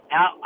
Now